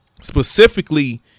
specifically